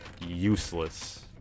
Useless